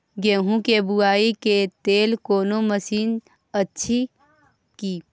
गेहूँ के बुआई के लेल कोनो मसीन अछि की?